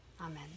Amen